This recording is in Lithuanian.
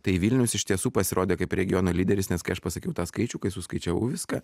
tai vilnius iš tiesų pasirodė kaip regiono lyderis nes kai aš pasakiau tą skaičių kai suskaičiavau viską